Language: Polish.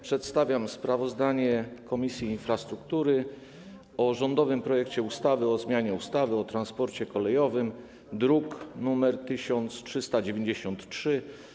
Przedstawiam sprawozdanie Komisji Infrastruktury o rządowym projekcie ustawy o zmianie ustawy o transporcie kolejowym, druk nr 1393.